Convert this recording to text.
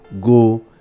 go